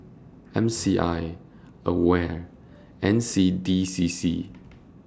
M C I AWARE N C D C C